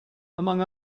among